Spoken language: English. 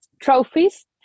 trophies